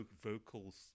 vocals